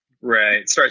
Right